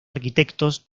arquitectos